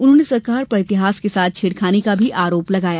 उन्होंने सरकार पर इतिहास के साथ छेड़खानी का आरोप भी लगाया